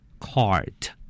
Cart